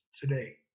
today